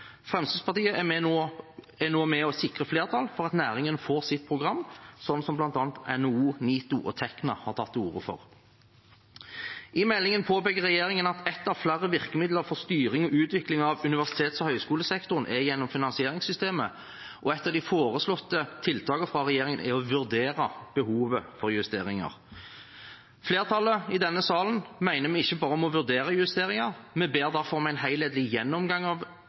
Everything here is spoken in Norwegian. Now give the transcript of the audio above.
Fremskrittspartiet er nå med og sikrer flertall for at næringen får sitt program, slik bl.a. NHO, NITO og Tekna har tatt til orde for. I meldingen påpeker regjeringen at ett av flere virkemidler for styring og utvikling av universitets- og høyskolesektoren er gjennom finansieringssystemet, og et av de foreslåtte tiltakene fra regjeringen er å vurdere behovet for justeringer. Flertallet i denne salen mener vi ikke bare må vurdere justeringer. Vi ber derfor om en helhetlig gjennomgang av